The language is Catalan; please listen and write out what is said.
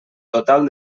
total